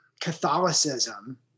Catholicism